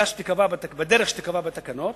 בדרך שתיקבע בתקנות,